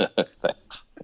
Thanks